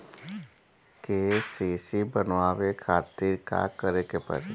KCC बनवावे खातिर का करे के पड़ी?